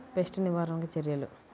Pest నివారణకు చర్యలు?